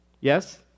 Yes